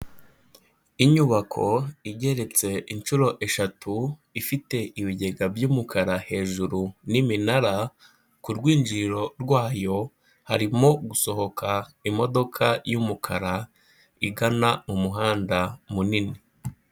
Inyubako igeretse inshuro eshatu, ifite ibigega by'umukara hejuru n'iminara, ku rwinjiriro rwayo harimo gusohoka imodoka y'umukara, igana mu muhanda munini.